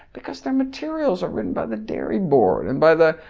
because their materials are written by the dairy board and by the.